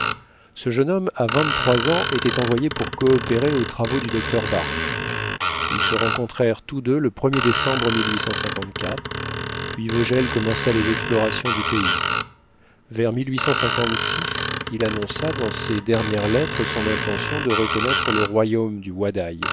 ce jeune homme à vingt-trois ans était envoyé pour coopérer aux travaux du docteur barth ils se rencontrèrent tous deux le ler décembre puis vogel commença les explorations du pays vers il annonça dans ses dernières lettres son intention de reconnaître le royaume du wadaï